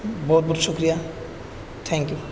بہت بہت شکریہ تھینک یو